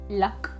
luck